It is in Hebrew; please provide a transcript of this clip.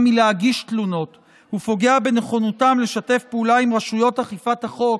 להגיש תלונות ופוגע בנכונותם לשתף פעולה עם רשויות אכיפת החוק